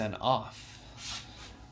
off